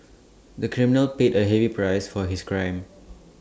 the criminal paid A heavy price for his crime